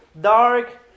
dark